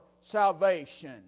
salvation